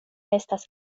estas